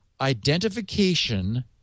identification